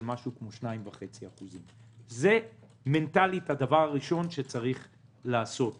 2.5%. זה מנטלית הדבר הראשון שצריך לעשות בחשיבה.